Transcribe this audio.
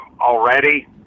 already